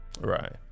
right